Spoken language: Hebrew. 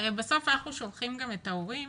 הרי בסוף אנחנו שולחים גם את ההורים